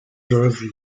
jersey